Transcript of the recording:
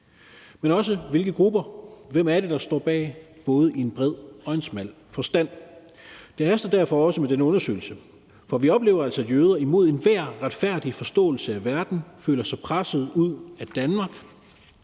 men også hvilke grupper der står bag, både i en bred og en smal forstand. Det haster derfor også med den undersøgelse, for vi oplever altså, at jøder imod enhver retfærdig forståelse af verden føler sig presset ud af Danmark,